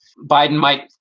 biden might